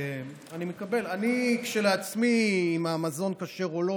אני כשלעצמי, אם המזון כשר או לא,